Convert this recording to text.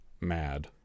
mad